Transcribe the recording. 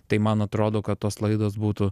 tai man atrodo kad tos laidos būtų